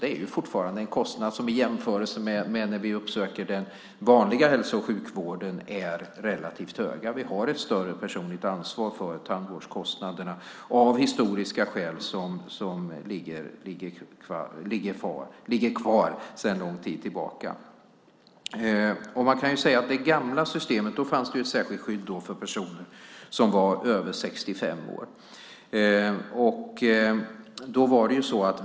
Det är fortfarande en kostnad som i jämförelse med när vi uppsöker den vanliga hälso och sjukvården är relativt hög. Vi har ett större personligt ansvar för tandvårdskostnaderna av historiska skäl och som alltså ligger kvar sedan lång tid tillbaka. Man kan säga att i det gamla systemet fanns ett särskilt skydd för personer som var över 65 år.